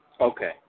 Okay